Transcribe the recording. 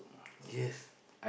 yes